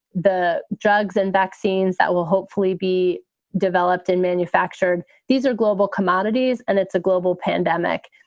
the drugs and vaccines that will hopefully be developed and manufactured. these are global commodities and it's a global pandemic.